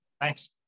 Thanks